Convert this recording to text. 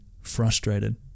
frustrated